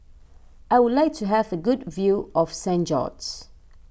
I would like to have a good view of Saint George's